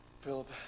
Philip